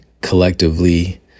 collectively